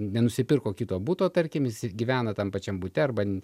nenusipirko kito buto tarkim jis gyvena tam pačiam bute arba